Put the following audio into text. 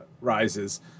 Rises